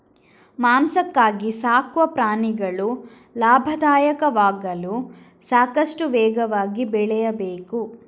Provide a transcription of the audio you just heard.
ಮಾಂಸಕ್ಕಾಗಿ ಸಾಕುವ ಪ್ರಾಣಿಗಳು ಲಾಭದಾಯಕವಾಗಲು ಸಾಕಷ್ಟು ವೇಗವಾಗಿ ಬೆಳೆಯಬೇಕು